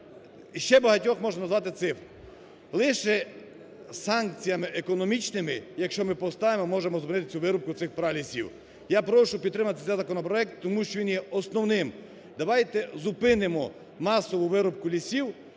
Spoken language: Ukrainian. ще багатьох можна назвати цифри. Лише санкціями економічними, якщо ми поставимо, ми можемо зупинити цю вирубку цих пралісів. Я прошу підтримати цей законопроект, тому що він є основним. Давайте зупинимо масову вирубку лісів